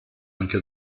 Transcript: anche